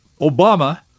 Obama